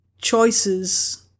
choices